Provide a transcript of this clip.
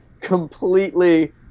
completely